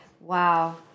Wow